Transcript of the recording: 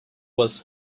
was